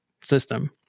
system